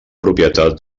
propietat